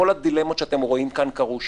כל הדילמות שאתם רואים כאן קרו שם,